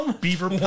beaver